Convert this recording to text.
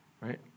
right